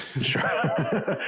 Sure